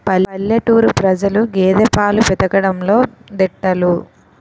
పల్లెటూరు ప్రజలు గేదె పాలు పితకడంలో దిట్టలు